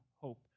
hope